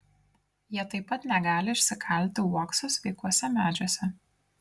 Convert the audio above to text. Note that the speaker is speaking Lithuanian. jie taip pat negali išsikalti uokso sveikuose medžiuose